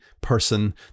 person